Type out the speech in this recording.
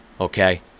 Okay